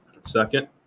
Second